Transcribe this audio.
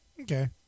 Okay